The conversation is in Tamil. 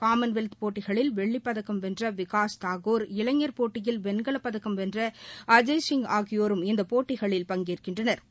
காமன்வெல்த் போட்டிகளில் வெள்ளிப்பதக்கம் வென்ற விகாஷ் தாகூர் ஆசிய இளைஞர் போட்டியில் வெண்கலப்பதக்கம் வென்ற அஜய்சிங் ஆகியோரும் இந்த போட்டிகளில் பங்கேற்கின்றனா்